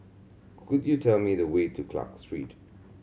could you tell me the way to Clarke Street